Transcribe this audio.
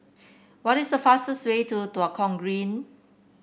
what is the fastest way to Tua Kong Green